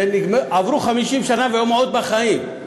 שעברו 50 שנה והם עוד בחיים.